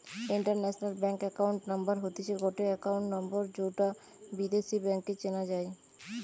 international bank account number হতিছে গটে account number যৌটা বিদেশী ব্যাংকে চেনা যাই